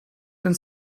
ten